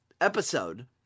episode